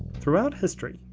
throughout history,